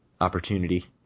opportunity